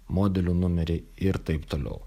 modelių numeriai ir taip toliau